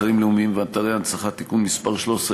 אתרים לאומיים ואתרי הנצחה (תיקון מס' 13),